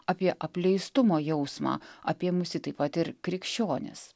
apie apleistumo jausmą apėmusį taip pat ir krikščionis